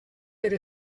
per